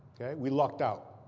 we lucked out.